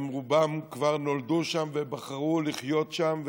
הם רובם כבר נולדו שם ובחרו לחיות שם,